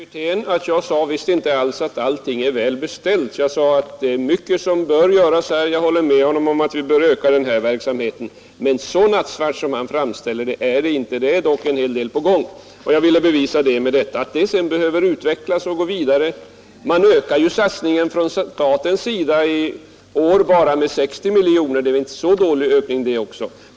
Herr talman! Jag vill helt kort säga till herr Wirtén, att jag visst inte sade att allting är väl beställt. Jag sade, att mycket bör göras. Jag håller med honom om att vi bör öka den här verksamheten, men så nattsvart som herr Wirtén framställer situationen är den inte. En hel del är på gång. Jag ville bevisa detta med vad jag sade. Att vi sedan behöver gå vidare och utveckla allt är en annan sak. Man ökar ju enbart i år satsningen från statens sida med 60 miljoner kronor, vilket inte är så dåligt.